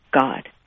God